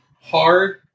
hard